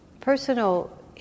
personal